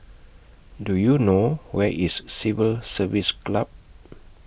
Do YOU know Where IS Civil Service Club